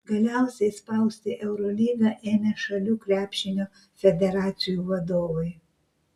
galiausiai spausti eurolygą ėmė šalių krepšinio federacijų vadovai